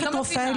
אני לא מבינה.